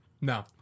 No